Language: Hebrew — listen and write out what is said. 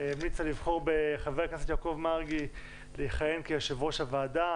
המליצה לבחור בחבר הכנסת יעקב מרגי לכהן כיושב-ראש הוועדה.